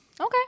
Okay